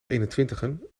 eenentwintigen